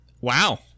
Wow